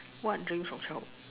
what dreams from childhood